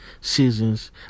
seasons